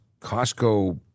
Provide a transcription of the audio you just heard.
Costco